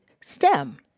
STEM